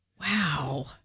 Wow